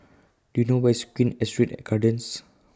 Do YOU know Where IS Queen Astrid Gardens